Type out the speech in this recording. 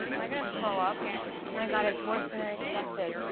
i gonna throw up? oh my god, it's worse than i expected.